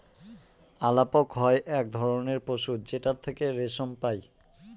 আলাপক হয় এক ধরনের পশু যেটার থেকে রেশম পাই